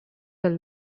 will